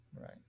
Right